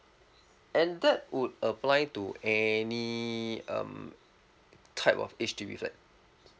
and that would apply to any um type of H_D_B flat